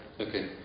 Okay